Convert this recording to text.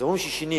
אומרים ששיניתי.